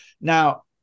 now